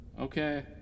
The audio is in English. Okay